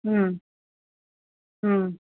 हं हं